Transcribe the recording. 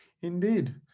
indeed